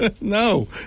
no